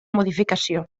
modificació